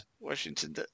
Washington